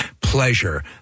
pleasure